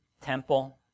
temple